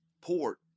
port